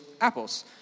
apples